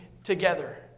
together